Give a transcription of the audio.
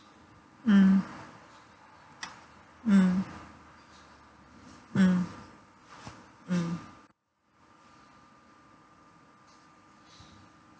mm mm mm mm